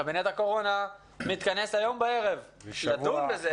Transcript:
קבינט הקורונה מתכנס היום בערב לדון בזה,